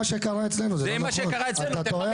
זה לא מה שקרה אצלנו, אתה טועה